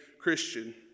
Christian